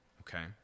okay